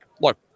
look